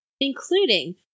including